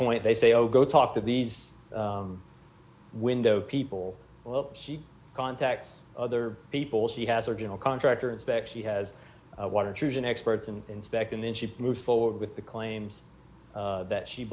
point they say oh go talk to these window people well she contacts other people she has her general contractor inspect he has water choosing experts and inspect and then she moves forward with the claims that she